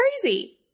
crazy